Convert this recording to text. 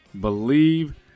believe